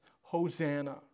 Hosanna